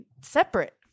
separate